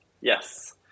Yes